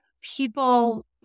people